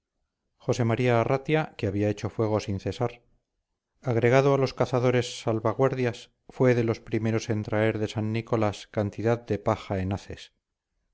josé maría arratia que había hecho fuego sin cesar agregado a los cazadores salvaguardias fue de los primeros en traer de san nicolás cantidad de paja en haces